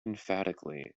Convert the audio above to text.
emphatically